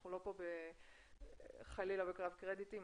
אנחנו לא פה חלילה בקרב קרדיטים,